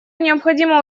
необходимо